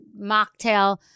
mocktail